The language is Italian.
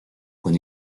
con